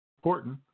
important